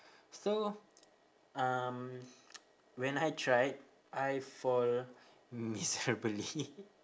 so um when I tried I fall miserably